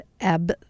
Ab